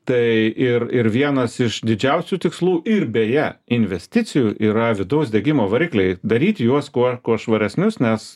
tai ir ir vienas iš didžiausių tikslų ir beje investicijų yra vidaus degimo varikliai daryti juos kuo kuo švaresnius nes